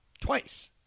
twice